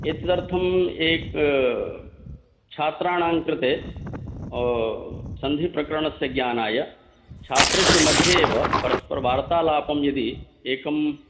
एतदर्थम् एक छात्राणां कृते सन्धिप्रकरणस्य ज्ञानाय छात्रेषु मध्ये एव परस्परवार्तालापं यदि एकम्